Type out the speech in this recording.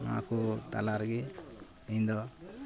ᱱᱚᱣᱟᱠᱚ ᱛᱟᱞᱟ ᱨᱮᱜᱮ ᱤᱧᱫᱚ